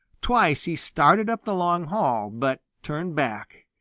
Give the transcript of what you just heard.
twice he started up the long hall, but turned back.